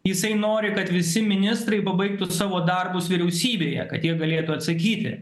jisai nori kad visi ministrai pabaigtų savo darbus vyriausybėje kad jie galėtų atsakyti